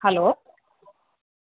hello